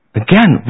again